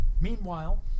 Meanwhile